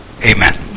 Amen